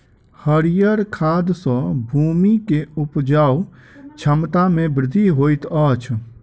हरीयर खाद सॅ भूमि के उपजाऊ क्षमता में वृद्धि होइत अछि